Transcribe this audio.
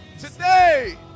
Today